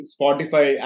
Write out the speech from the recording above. Spotify